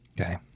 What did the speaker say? Okay